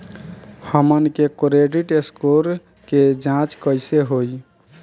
हमन के credit score के जांच कैसे होइ?